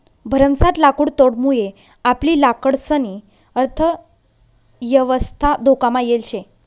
भरमसाठ लाकुडतोडमुये आपली लाकडंसनी अर्थयवस्था धोकामा येल शे